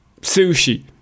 Sushi